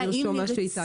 אדוני,